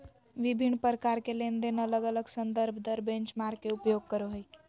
विभिन्न प्रकार के लेनदेन अलग अलग संदर्भ दर बेंचमार्क के उपयोग करो हइ